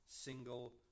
single